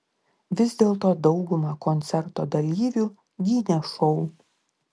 vis dėlto dauguma koncerto dalyvių gynė šou